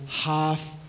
half